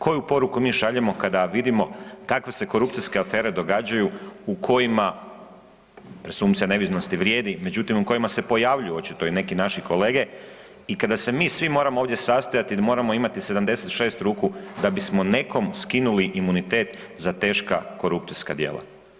Koju poruku mi šaljemo kada vidimo kakve se korupcijske afere događaju u kojima presumpcija nevinosti vrijedi, međutim u kojima se pojavljuju očito i neki naši kolege i kada se mi svi moramo ovdje sastajati da moramo imati 76 ruku da bismo nekom skinuli imunitet za teška korupcijska dijela.